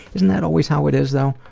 isn't that always how it is though?